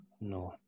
no